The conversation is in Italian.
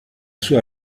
sua